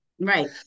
Right